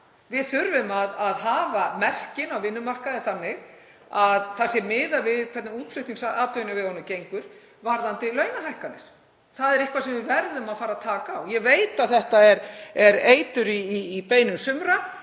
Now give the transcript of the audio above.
Við þurfum að hafa merkin á vinnumarkaði þannig að miðað sé við hvernig útflutningsatvinnuvegunum gengur varðandi launahækkanir. Það er eitthvað sem við verðum að fara að taka á. Ég veit að þetta er eitur í beinum sumra